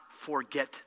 forget